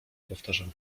powtarzam